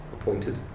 appointed